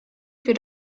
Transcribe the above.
für